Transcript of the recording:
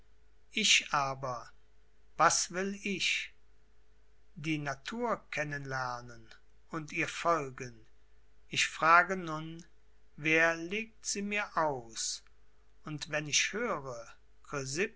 ich aber was will ich die natur kennen lernen und ihr folgen ich frage nun wer legt sie mir aus und wenn ich höre